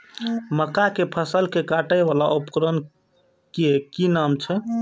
मक्का के फसल कै काटय वाला उपकरण के कि नाम छै?